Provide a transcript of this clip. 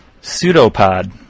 Pseudopod